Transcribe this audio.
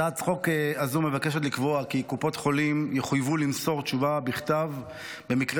הצעת החוק הזו מבקשת לקבוע כי קופות חולים יחויבו למסור תשובה בכתב במקרה